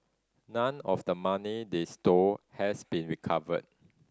none of the money they stole has been recovered